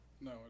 No